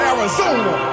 Arizona